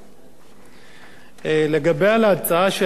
לגבי הצעת חוק התקשורת